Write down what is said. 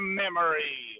memory